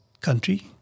country